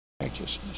righteousness